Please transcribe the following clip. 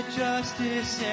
justice